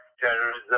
terrorism